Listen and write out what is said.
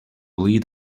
lead